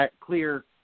clear